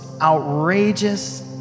outrageous